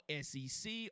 SEC